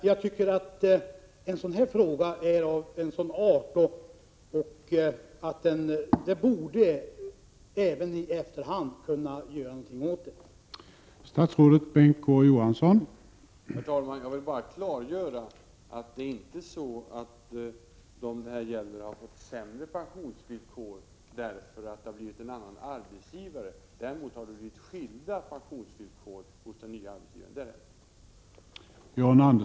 Jag tycker att den här frågan är av sådan art att det borde gå att i efterhand göra någonting åt förhållandena.